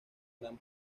gran